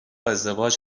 ازدواج